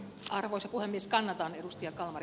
arvoisa puhemies kannattaa nyt jatkavan